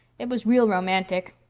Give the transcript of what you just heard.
it was real romantic.